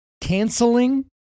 canceling